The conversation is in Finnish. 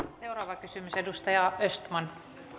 seuraava kysymys edustaja östman